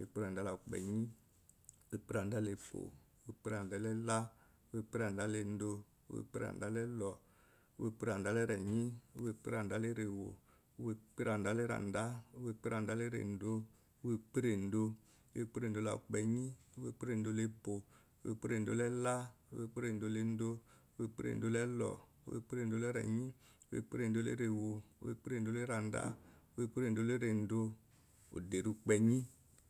ekperanda la kunyi owo ekperanda la epuo owo ekperanda la ella owo ekperanda la endoo owo ekperanda la ellur owo ekperanda la irenyi owo ekperanda la erewo owo ekperanda la ereanda owo ekperondo la erendoo owo ekperondo owo ekperondo la kunyi owo ekperondo la epuo owo ekperondo la ella owo ekperondo la endoo owo ekperondo la ellur owo ekperondo la erenyi owo ekperondo la erewo owo ekperondo la erandáá owo ekperondo la erendo oderi okpeny